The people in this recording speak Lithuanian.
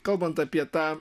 kalbant apie tą